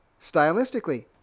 stylistically